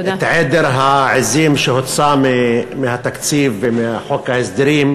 את עדר העזים שהוצא מהתקציב ומחוק ההסדרים,